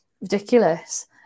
Ridiculous